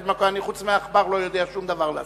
חוץ מעכבר אני לא יודע שום דבר לעשות.